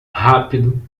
rápido